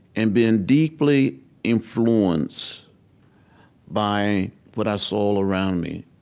and being deeply influenced by what i saw all around me